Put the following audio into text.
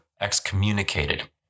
excommunicated